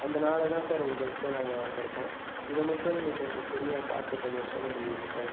அதனால தான் சார் உங்கள்கிட்ட நாங்கள் வந்திருக்கோம் இதை மட்டும் நீங்கள் கொஞ்சம் தெளிவாக பார்த்து கொஞ்சம் சொல்ல முடியுமா சார்